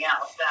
else